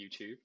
YouTube